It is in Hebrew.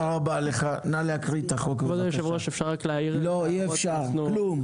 אפשר להוסיף דברים?